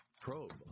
probe